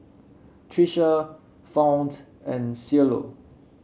Tricia Fount and Cielo